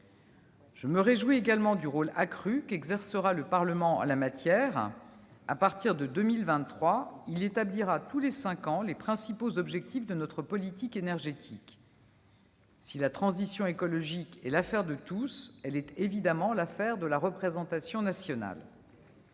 Je me réjouis également du rôle accru qu'exercera le Parlement en la matière : à partir de 2023, il établira tous les cinq ans les principaux objectifs de notre politique énergétique. Si la transition écologique est l'affaire de tous, elle est, évidemment, l'affaire de la représentation nationale.